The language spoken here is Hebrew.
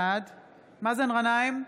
מאזן גנאים,